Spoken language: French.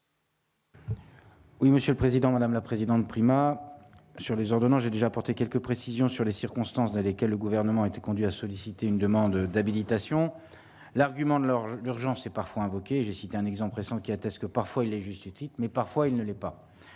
Oui, monsieur le président, madame la présidente, Prima sur les ordonnances, j'ai déjà apporté quelques précisions sur les circonstances de lesquelles le gouvernement a été conduit à solliciter une demande d'habilitation, l'argument de leur j'urgence c'est parfois invoquée, je cite un exemple récent qui attestent que parfois, il est juste, mais parfois il ne l'est pas,